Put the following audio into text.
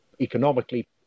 economically